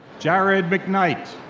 jared mcknight.